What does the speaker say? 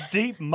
deep